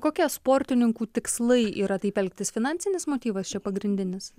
kokie sportininkų tikslai yra taip elgtis finansinis motyvas čia pagrindinis